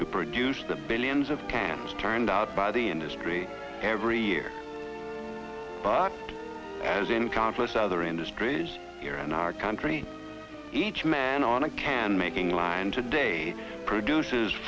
to produce the billions of cans turned out by the industry every year but as in conflicts other industries here in our country each man on a can making line today produce